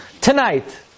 Tonight